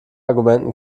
argumenten